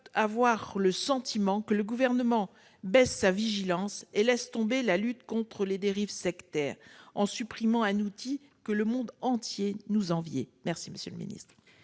avoir le sentiment que le Gouvernement diminue sa vigilance et laisse tomber la lutte contre les dérives sectaires en supprimant un outil que le monde entier nous envie. La parole est